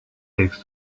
takes